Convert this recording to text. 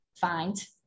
find